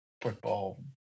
football